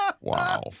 Wow